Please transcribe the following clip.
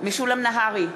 משולם נהרי,